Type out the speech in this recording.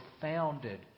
founded